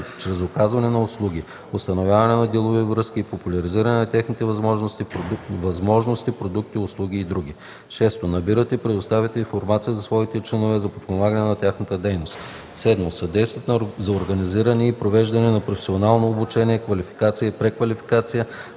чрез оказване на услуги, установяване на делови връзки, популяризиране на техните възможности, продукти, услуги и други; 6. набират и предоставят информация на своите членове за подпомагане на тяхната дейност; 7. съдействат за организиране и провеждане на професионално обучение, квалификация и преквалификация